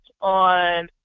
on